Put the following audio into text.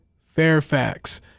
Fairfax